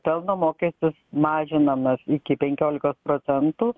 pelno mokestis mažinamas iki penkiolikos procentų